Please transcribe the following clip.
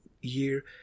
year